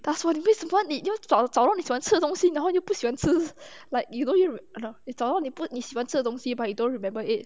他们说 next month 你就找找找你喜欢吃的东西吗那不喜欢吃 like you know 你找到你喜欢吃的东西 but you don't remember it